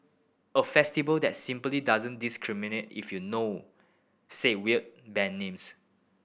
a festival that simply doesn't discriminate if you know said weird band names